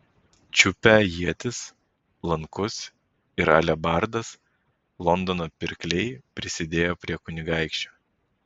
čiupę ietis lankus ir alebardas londono pirkliai prisidėjo prie kunigaikščio